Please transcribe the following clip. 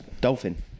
Dolphin